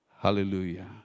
Hallelujah